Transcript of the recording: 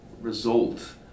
result